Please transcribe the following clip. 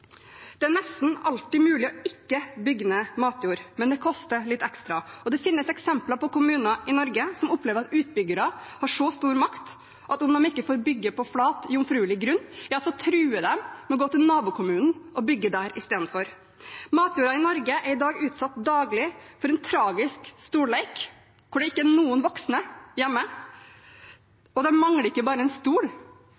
Det er nesten alltid mulig ikke å bygge ned matjord, men det koster litt ekstra. Og det finnes eksempler på kommuner i Norge som opplever at utbyggere har så stor makt at om de ikke får bygge på flat, jomfruelig grunn, truer de med å gå til nabokommunen og bygge der i stedet. Matjorda i Norge er i dag daglig utsatt for en tragisk stollek, hvor det ikke er noen voksne hjemme.